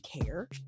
care